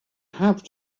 have